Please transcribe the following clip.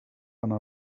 anar